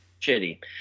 shitty